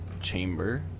chamber